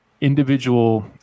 individual